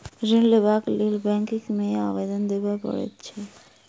ऋण लेबाक लेल बैंक मे आवेदन देबय पड़ैत छै